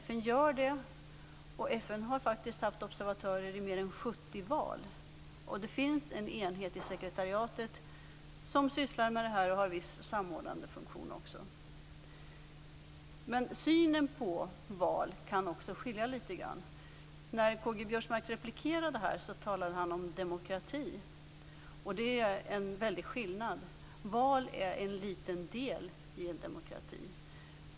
FN gör det, och FN har faktiskt haft observatörer i mer än 70 val. Det finns en enhet i sekretariatet som sysslar med det här och även har viss samordnande funktion. Synen på val kan också skilja litet grand. När K-G Biörsmark replikerade talade han om demokrati. Det är en väldig skillnad. Val är en liten del i en demokrati.